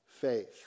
faith